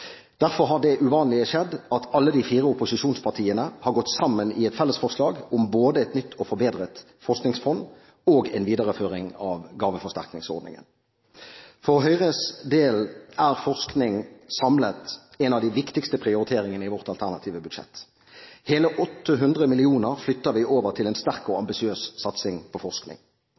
Derfor har det uvanlige skjedd, at alle de fire opposisjonspartiene har gått sammen i et fellesforslag om både et nytt og forbedret forskningsfond og en videreføring av gaveforsterkningsordningen. For Høyres del er forskning samlet en av de viktigste prioriteringene i vårt alternative budsjett. Hele 800 mill. kr flytter vi over til en sterk og ambisiøs satsing på forskning.